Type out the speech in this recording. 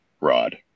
rod